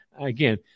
again